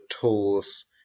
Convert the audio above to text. tools